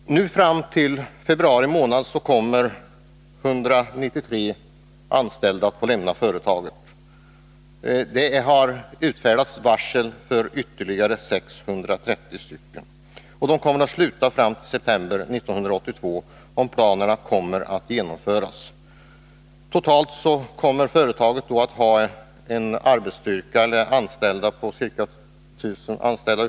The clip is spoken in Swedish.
Fram till februari månad kommer 193 anställda att få lämna företaget, och varsel har utfärdats för ytterligare 630, som måste sluta sina anställningar i september 1982, om planerna genomförs. Totalt kommer företaget då att ha kvar ca 1 000 anställda.